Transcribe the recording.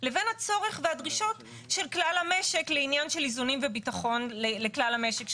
לבין הצורך והדרישות של כלל המשק לעניין של איזונים וביטחון לכלל המשק.